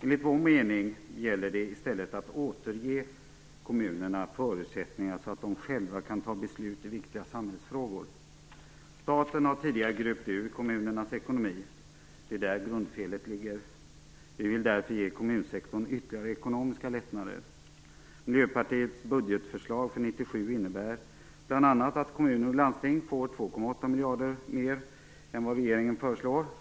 Enligt vår mening gäller det i stället att återge kommunerna förutsättningar så att de själva kan fatta beslut i viktiga samhällsfrågor. Staten har tidigare gröpt ur kommunernas ekonomi. Det är där grundfelet ligger. Vi vill därför ge kommunsektorn ytterligare ekonomiska lättnader. Miljöpartiets budgetförslag för år 1997 innebär bl.a. att kommuner och landsting får 2,8 miljarder kronor mer än vad regeringen föreslår.